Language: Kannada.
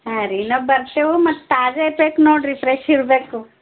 ಹಾಂ ರಿ ನಾವು ಬರ್ತೇವು ಮತ್ತು ತಾಜಾ ಇರ್ಬೇಕು ನೋಡಿರಿ ಫ್ರೆಶ್ ಇರಬೇಕು